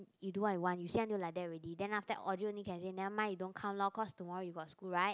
you do what I want you said until like that already then after audio can only say never mind you don't come lor because tomorrow you have school right